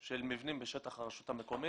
של מבנים בשטח הרשות המקומית,